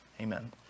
Amen